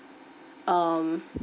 um